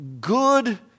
good